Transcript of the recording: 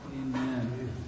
Amen